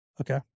Okay